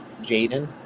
Jaden